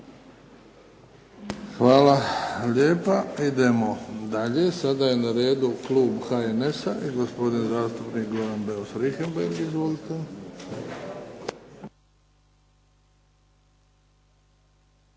Hvala lijepa. Idemo dalje. Sada je na redu klub HNS-a, i gospodin zastupnik Goran Beus Richemberg. Izvolite.